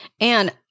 And-